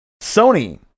Sony